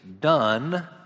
done